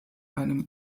einem